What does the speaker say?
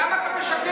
למה אתה משקר?